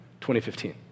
2015